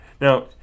Now